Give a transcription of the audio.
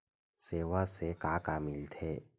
सेवा से का का मिलथे?